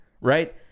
right